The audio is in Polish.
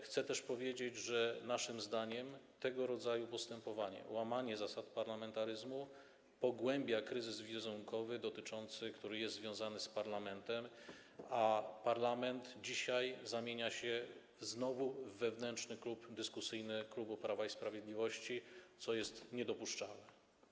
Chcę też powiedzieć, że naszym zdaniem tego rodzaju postępowanie, łamanie zasad parlamentaryzmu, pogłębia kryzys wizerunkowy, który jest związany z parlamentem, a parlament dzisiaj zamienia się znowu w wewnętrzny klub dyskusyjny klubu Prawa i Sprawiedliwości, co jest niedopuszczalne.